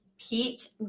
Pete